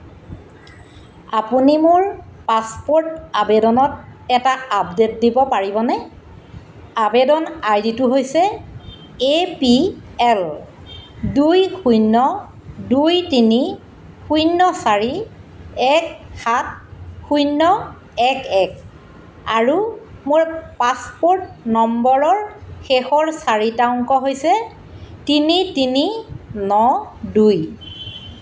আপুনি মোৰ পাছপোৰ্ট আবেদনত এটা আপডেট দিব পাৰিবনে আৱেদন আই ডিটো হৈছে এ পি এল দুই শূন্য দুই তিনি শূন্য চাৰি এক সাত শূন্য এক এক আৰু মোৰ পাছপোৰ্ট নম্বৰৰ শেষৰ চাৰিটা অংক হৈছে তিনি তিনি ন দুই